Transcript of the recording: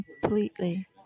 completely